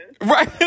right